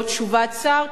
גם ללא תשובת שר,